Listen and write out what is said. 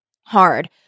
hard